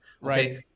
Right